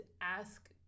ask